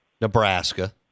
Nebraska